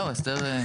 זהו, ההסדר דל.